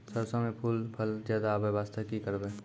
सरसों म फूल फल ज्यादा आबै बास्ते कि करबै?